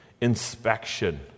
inspection